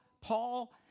Paul